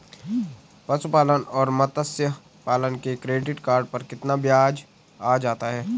पशुपालन और मत्स्य पालन के क्रेडिट कार्ड पर कितना ब्याज आ जाता है?